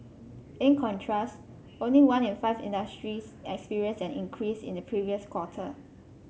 in contrast only one in five industries experienced an increase in the previous quarter